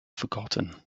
forgotten